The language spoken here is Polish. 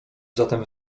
zatem